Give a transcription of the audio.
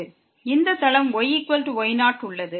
இந்த தளம் yy0 உள்ளது